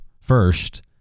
first